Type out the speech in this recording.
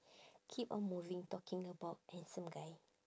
keep on moving talking about handsome guy